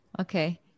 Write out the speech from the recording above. Okay